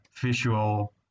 visual